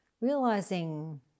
realizing